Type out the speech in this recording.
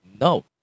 no